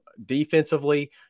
defensively